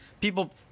People